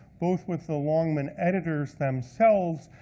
both with the longman editors, themselves,